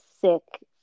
sick